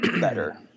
better